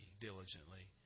diligently